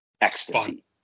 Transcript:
ecstasy